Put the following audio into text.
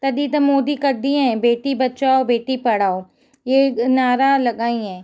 तॾहिं त मोदी कढी आहे बेटी बचाओ बेटी पढ़ाओ ये नारा लगाई है